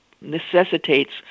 necessitates